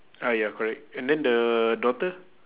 ah ya correct and then the daughter